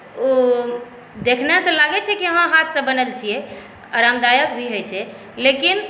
ओ देखने से लागै छै कि हँ हाथसँ बनल छियै आरामदायक भी होइ छै लेकिन